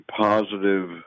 positive